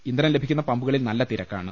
ഇന്ധനം ലഭിക്കുന്ന പമ്പുകളിൽ നല്ല തിരക്കാണ്